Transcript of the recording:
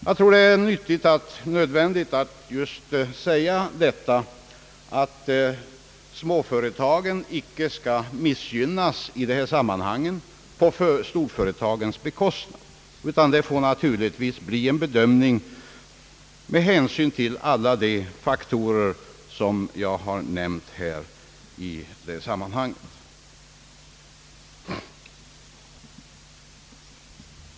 Jag tror det är nödvändigt att just säga, att småföretagen i dessa sammanhang inte skall missgynnas till storföretagens förmån, utan det får naturligtvis bli en bedömning med hänsyn till alla de faktorer som jag förut har nämnt.